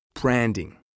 Branding